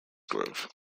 grove